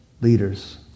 leaders